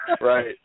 Right